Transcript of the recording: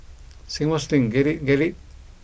Singapore Sling get it get it